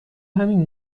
همین